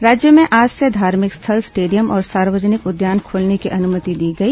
राज्य में आज से धार्मिक स्थल स्टेडियम और सार्वजनिक उद्यान खोलने की अनुमति दी गई